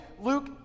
Luke